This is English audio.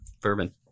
bourbon